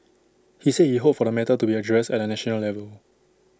he said he hoped for the matter to be addressed at A national level